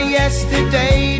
yesterday